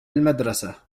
المدرسة